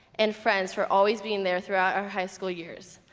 and friends for always being there throughout our high school years,